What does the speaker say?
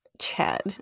Chad